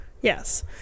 Yes